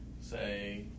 say